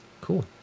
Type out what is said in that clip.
Cool